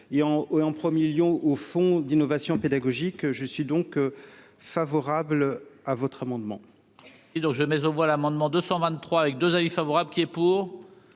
et en 1er Lyon au fonds d'innovation pédagogique, je suis donc favorable à votre amendement.